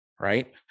right